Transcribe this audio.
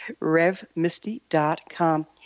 revmisty.com